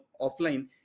offline